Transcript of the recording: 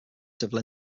civil